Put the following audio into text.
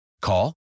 Call